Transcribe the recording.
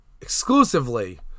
exclusively